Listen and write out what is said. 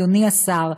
אדוני השר,